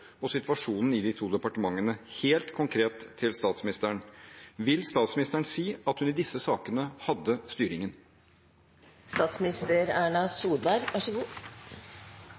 og situasjonen i de to departementene: Vil statsministeren si at hun i disse sakene hadde